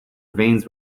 veins